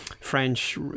French